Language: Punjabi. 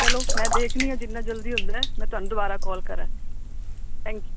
ਚਲੋ ਮੈਂ ਦੇਖਦੀ ਹਾਂ ਜਿੰਨਾ ਜਲਦੀ ਹੁੰਦਾ ਮੈਂ ਤੁਹਾਨੂੰ ਦੁਬਾਰਾ ਕਾਲ ਕਰਾਂਗੀ ਥੈਂਕ ਯੂ